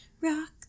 Rock